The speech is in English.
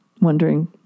wondering